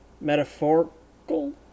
metaphorical